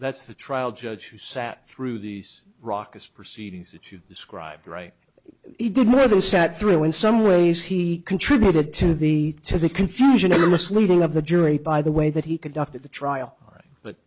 that's the trial judge who sat through these rockets proceedings that you described right he did more than sat through in some ways he contributed to the to the confusion or misleading of the jury by the way that he conducted the trial but